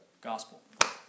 Gospel